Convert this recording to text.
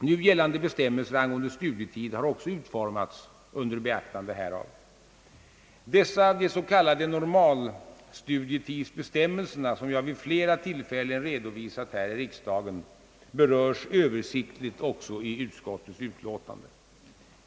Nu gällande bestämmelser angående studietid har också utformats under beaktande härav. Dessa s.k. normalstudietidsbestämmelser, som jag vid flera tillfällen redovisat här i riksdagen, berörs även översiktligt i utskottets utlåtande.